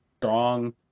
strong